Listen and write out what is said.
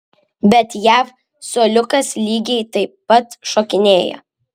bet jav suoliukas lygiai taip pat šokinėja